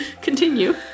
Continue